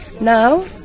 Now